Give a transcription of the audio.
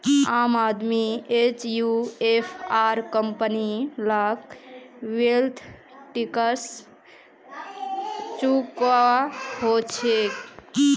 आम आदमी एचयूएफ आर कंपनी लाक वैल्थ टैक्स चुकौव्वा हछेक